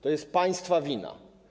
To jest państwa wina.